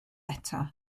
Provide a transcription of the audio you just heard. eto